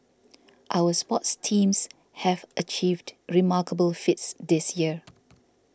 our sports teams have achieved remarkable feats this year